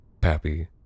Pappy